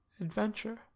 adventure